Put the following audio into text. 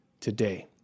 today